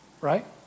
Right